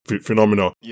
phenomenal